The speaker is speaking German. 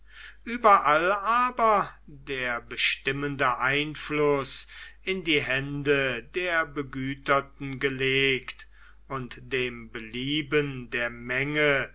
überall aber der bestimmende einfluß in die hände der begüterten gelegt und dem belieben der menge